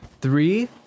Three